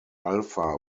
alfa